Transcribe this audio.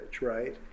right